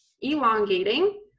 elongating